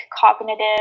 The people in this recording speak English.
cognitive